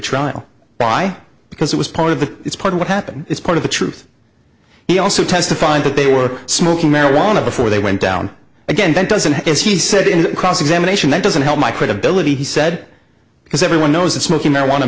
trial by because it was part of the it's part of what happened it's part of the truth he also testified that they were smoking marijuana before they went down again then doesn't it he said in cross examination that doesn't help my credibility he said because everyone knows that smoking marijuana